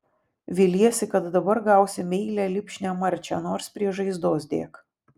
viliesi kad dabar gausi meilią lipšnią marčią nors prie žaizdos dėk